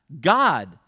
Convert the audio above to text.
God